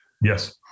Yes